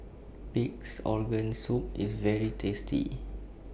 Pig'S Organ Soup IS very tasty